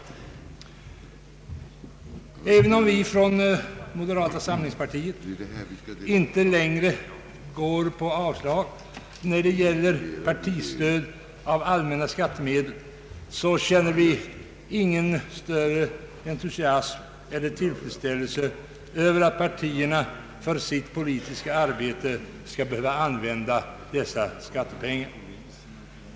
Även om vi från moderata samlingspartiet inte längre går på avslag när det gäller partistöd av allmänna skattemedel, så känner vi ingen större entusiasm eller tillfredsställelse över att par Ang. grunderna för partistöd tierna för sitt politiska arbete skall behöva använda skattepengar.